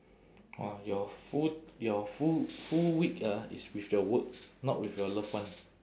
!wah! your full your full full week ah it's with your work not with your loved one